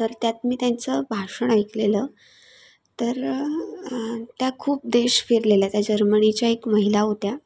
तर त्यात मी त्यांचं भाषण ऐकलेलं तर त्या खूप देश फिरलेल्या त्या जर्मणीच्या एक महिला होत्या